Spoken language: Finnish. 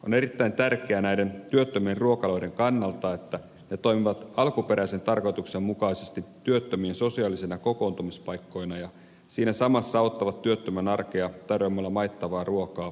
on erittäin tärkeää näiden työttömien ruokaloiden kannalta että ne toimivat alkuperäisen tarkoituksen mukaisesti työttömien sosiaalisina kokoontumispaikkoina ja siinä samassa auttavat työttömän arkea tarjoamalla maittavaa ruokaa sopivaan hintaan